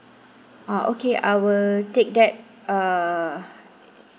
ah okay I will take that err